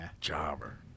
Jobber